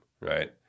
right